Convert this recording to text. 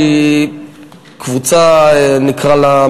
נקרא לה,